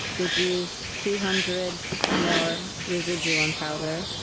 would use two hundred more residuum powder.